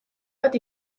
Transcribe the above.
bat